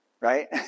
right